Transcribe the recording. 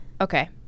Okay